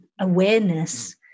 awareness